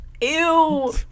Ew